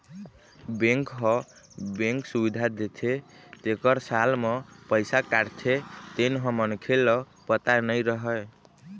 bank ह bank सुबिधा देथे तेखर साल म पइसा काटथे तेन ह मनखे ल पता नइ रहय